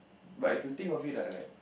but if you think of it lah like